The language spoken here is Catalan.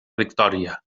victòria